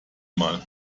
mal